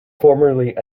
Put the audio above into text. formerly